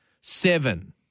seven